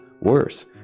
Worse